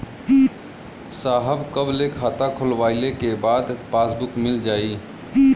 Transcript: साहब कब ले खाता खोलवाइले के बाद पासबुक मिल जाई?